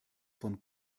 von